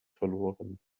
verloren